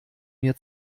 mir